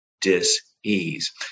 dis-ease